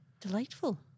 delightful